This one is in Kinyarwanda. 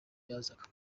yazaga